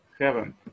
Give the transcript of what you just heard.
heaven